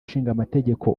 ishingamategeko